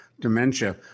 dementia